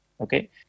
okay